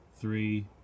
Three